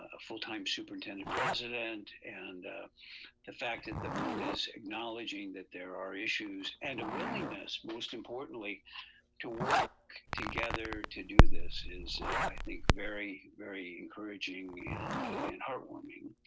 ah full-time superintendent president. and the fact that the board is acknowledging that there are issues and a willingness most importantly to work together to do this is i think very, very encouraging and and heartwarming.